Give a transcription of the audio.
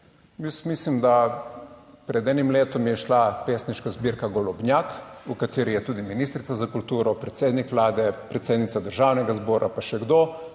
mislim da pred enim letom je šla pesniška zbirka Golobnjak, v kateri je tudi ministrica za kulturo, predsednik Vlade, predsednica državnega zbora pa še kdo,